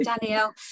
danielle